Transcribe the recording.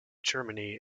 germany